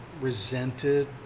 resented